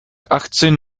achtzehn